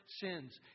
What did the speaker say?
sins